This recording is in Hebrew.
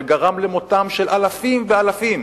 שגרם למותם של אלפים ואלפים,